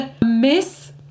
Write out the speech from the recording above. Miss